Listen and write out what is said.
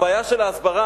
הבעיה של ההסברה,